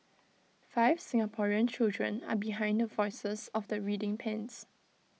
five Singaporean children are behind the voices of the reading pens